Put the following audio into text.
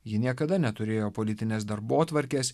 ji niekada neturėjo politinės darbotvarkės